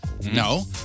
No